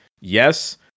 yes